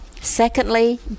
Secondly